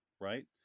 right